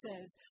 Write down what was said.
says